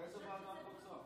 לאיזו ועדה את רוצה?